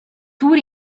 tour